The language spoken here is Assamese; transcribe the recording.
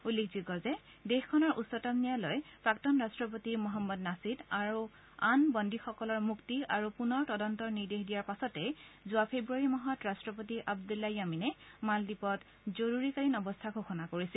উল্লেখযোগ্য যে দেসখনৰ উচ্চতম ন্যায়ালয়ে প্ৰাক্তন ৰাট্ৰপতি মদম্মদ নাছিদ আৰু আন বন্দিসকলৰ মুক্তি আৰু পুনৰ তদন্তৰ নিৰ্দেশ দিয়াৰ পাছতেই যোৱা ফেব্ৰুৱাৰী মাহত ৰট্টপতি আব্দুল্লা য়ামিনে মালদ্বীপত জৰুৰীকালীন অৱস্থা ঘোষণা কৰিছিল